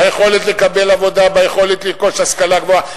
ביכולת לקבל עבודה, ביכולת לרכוש השכלה גבוהה.